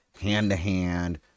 hand-to-hand